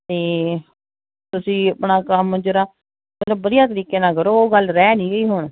ਅਤੇ ਤੁਸੀਂ ਆਪਣਾ ਕੰਮ ਜਰਾ ਮਤਲਬ ਵਧੀਆ ਤਰੀਕੇ ਨਾਲ ਕਰੋ ਉਹ ਗੱਲ ਰਹਿ ਨਹੀਂ ਗਈ ਹੁਣ